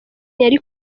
yari